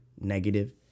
negative